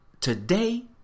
Today